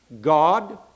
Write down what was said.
God